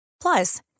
Plus